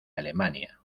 alemania